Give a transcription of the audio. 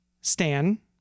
Stan